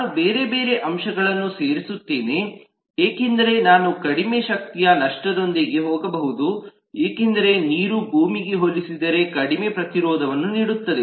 ನಾನು ಬೇರೆ ಬೇರೆ ಅಂಶಗಳನ್ನು ಸೇರಿಸುತ್ತೇನೆ ಏಕೆಂದರೆ ನಾನು ಕಡಿಮೆ ಶಕ್ತಿಯ ನಷ್ಟದೊಂದಿಗೆ ಹೋಗಬಹುದು ಏಕೆಂದರೆ ನೀರು ಭೂಮಿಗೆ ಹೋಲಿಸಿದರೆ ಕಡಿಮೆ ಪ್ರತಿರೋಧವನ್ನು ನೀಡುತ್ತದೆ